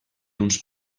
uns